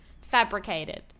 fabricated